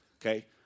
Okay